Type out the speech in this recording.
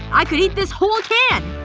i could eat this whole can